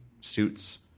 suits